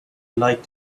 light